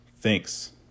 Thanks